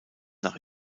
nach